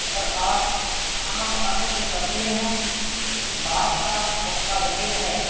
اگر آپ کھانا پکانے کے شوقین ہیں تو اس بات کا پختہ یقین ہے